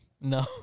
No